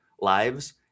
lives